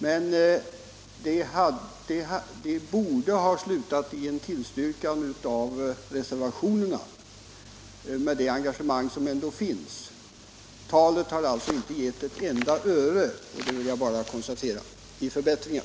Det borde ju, med det stora engagemang som ändå finns där, ha slutat med ett yrkande om bifall till reservationerna. Jag vill alltså bara konstatera att talet inte har gett ett enda öre i förbättringar.